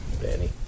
Danny